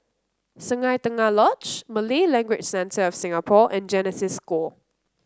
Sungei Tengah Lodge Malay Language Centre of Singapore and Genesis School